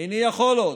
"איני יכול עוד",